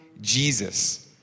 Jesus